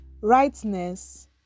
Rightness